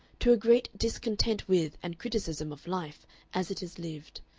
to a great discontent with and criticism of life as it is lived,